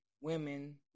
women